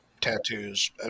tattoos